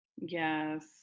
Yes